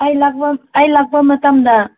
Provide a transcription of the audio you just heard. ꯑꯩ ꯂꯥꯛꯄ ꯑꯩ ꯂꯥꯛꯄ ꯃꯇꯝꯗ